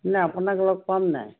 নাই আপোনাক লগ পাম নাই